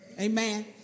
Amen